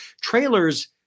trailers